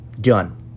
Done